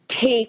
take